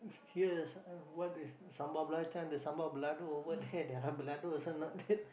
here what the sambal belacan the sambal balado over there their balado also not that